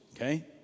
Okay